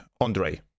Andre